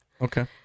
Okay